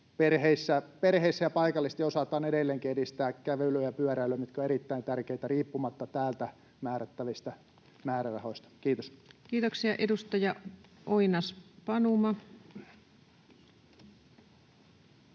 perheissä ja paikallisesti osataan edelleenkin edistää kävelyä ja pyöräilyä, mitkä ovat erittäin tärkeitä riippumatta täältä määrättävistä määrärahoista. — Kiitos. [Speech 601] Speaker: